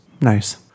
Nice